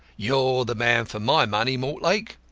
you're the man for my money, mortlake.